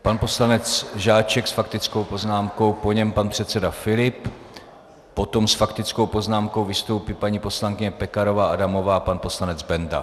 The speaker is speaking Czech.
Pan poslanec Žáček s faktickou poznámkou, po něm pan předseda Filip, potom s faktickou poznámkou vystoupí paní poslankyně Pekarová Adamová a pan poslanec Benda.